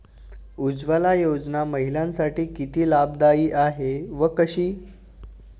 उज्ज्वला योजना महिलांसाठी किती लाभदायी आहे व कशी?